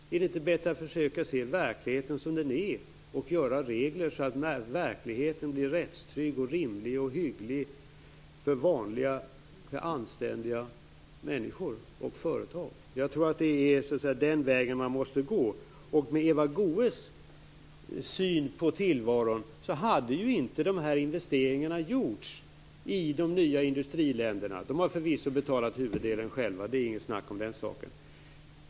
Är det inte bättre att försöka se verkligheten som den är och att göra regler så att verkligheten blir rättstrygg, rimlig och hygglig för vanliga anständiga människor och företag? Jag tror att det är den vägen man måste gå. Med Eva Goës syn på tillvaron hade inte investeringar gjorts i de nya industriländerna. De har förvisso betalat huvuddelen själva, det är inget snack om den saken.